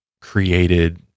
created